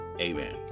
Amen